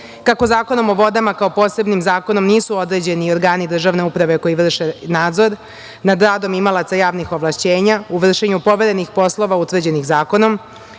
Kako Zakonom o vodama, kao posebnim zakonom nisu određeni organi državne uprave koji vrše nadzor nad radom imalaca javnih ovlašćenja u vršenju poverenih poslova utvrđenih zakonom,